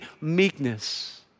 meekness